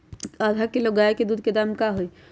आधा किलो गाय के दूध के का दाम होई?